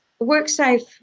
WorkSafe